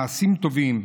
מעשים טובים.